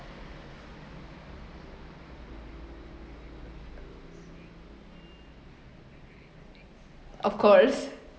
of course